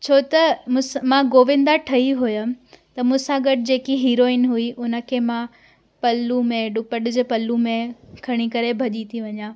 छो त मूंसां मां गोविंदा ही हुउमि त मूंसां गॾु जेकी हीरोइन हुई उन खे मां पल्लू में दुपट्टे जे पल्लू में खणी करे भॼी थी वञा